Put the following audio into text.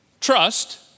trust